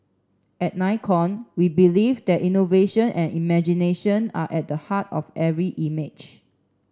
at Nikon we believe that innovation and imagination are at the heart of every image